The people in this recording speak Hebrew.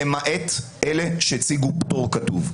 למעט אלה שהציגו פטור כתוב.